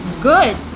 good